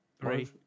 three